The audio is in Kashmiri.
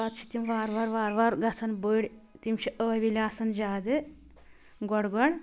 پتہٕ چھِ تِم وارٕ وار وارٕ وار گژھان بٔڑۍ تِم چھِ ٲوِلۍ آسان زیٛادٕ گۄڈٕ گۄڈٕ